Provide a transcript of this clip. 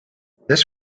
this